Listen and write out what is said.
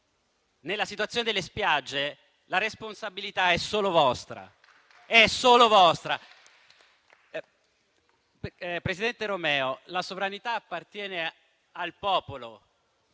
nella situazione delle spiagge, la responsabilità è solo vostra. Presidente Romeo, la sovranità appartiene al popolo,